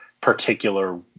particular